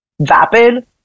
vapid